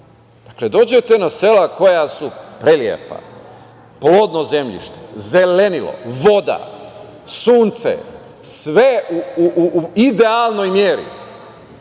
dođete na sela koja su prelepa, plodno zemljište, zelenilo, voda, sunce, sve u idealnoj meri